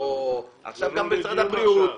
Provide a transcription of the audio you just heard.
עכשיו גם משרד הבריאות.